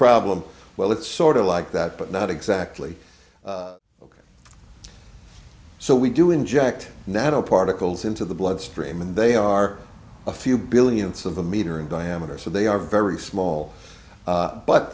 problem well it's sort of like that but not exactly ok so we do inject nano particles into the bloodstream and they are a few billionth of a meter in diameter so they are very small